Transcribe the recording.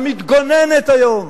המתגוננת היום,